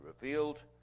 revealed